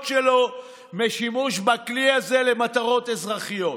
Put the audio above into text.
שלו משימוש בכלי הזה למטרות אזרחיות.